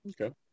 Okay